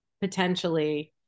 potentially